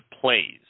plays